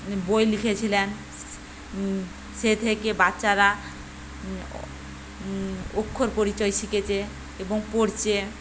উনি বই লিখেছিলেন সেই থেকে বাচ্চারা অক্ষর পরিচয় শিখেছে এবং পড়ছে